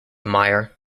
mire